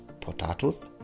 potatoes